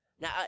Now